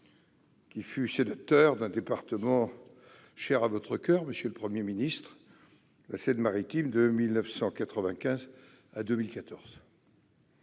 qui fut sénateur d'un département cher à votre coeur, monsieur le Premier ministre, la Seine-Maritime, de 1995 à 2014.